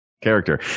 character